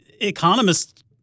economists